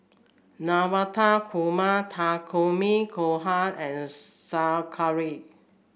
Navratan Korma Takikomi Gohan and Sauerkraut